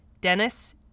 Dennis